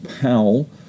Powell